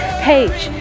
page